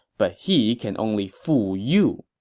but he can only fool you!